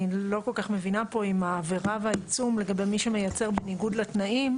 אני לא כל כך מבינה פה עם העבירה והעיצום לגבי מי שמייצר בניגוד לתנאים,